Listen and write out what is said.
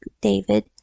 David